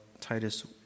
Titus